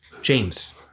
James